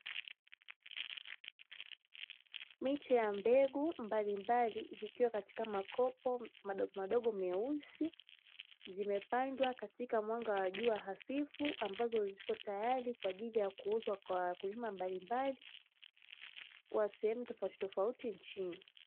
Miche ya mbegu mbalimbali zikiwa katika makopo madogo madogo meusi. Zimepandwa katika mwanga wa jua hafifu, ambazo zipo tayari kwa ajili ya kuuzwa kwa wakulima mbalimbali wa sehemu tofauti tofauti nchini.